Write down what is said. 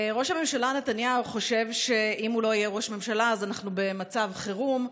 ראש הממשלה נתניהו חושב שאם הוא לא יהיה ראש ממשלה אז אנחנו במצב חירום,